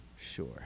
Sure